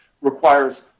requires